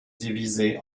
divisés